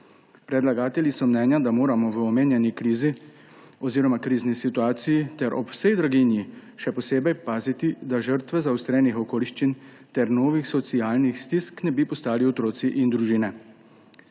Predlagatelji so mnenja, da moramo v omenjeni krizni situaciji ter ob vsej draginji še posebej paziti, da žrtve zaostrenih okoliščin ter novih socialnih stisk ne bi postali otroci in družine.